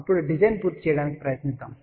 ఇప్పుడు డిజైన్ పూర్తి చేయడానికి ప్రయత్నిద్దాం